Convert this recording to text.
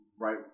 right